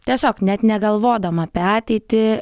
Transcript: tiesiog net negalvodama apie ateitį